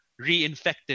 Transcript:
reinfected